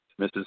Mrs